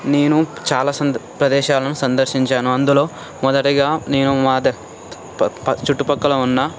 నేను చాలా ప్రదేశాలను సందర్శించాను అందులో మొదటిగా నేను మాదే చుట్టుపక్కల ఉన్న